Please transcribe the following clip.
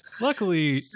Luckily